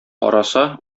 караса